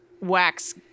wax